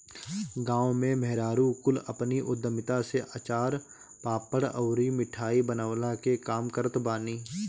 गांव में मेहरारू कुल अपनी उद्यमिता से अचार, पापड़ अउरी मिठाई बनवला के काम करत बानी